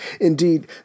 Indeed